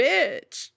Bitch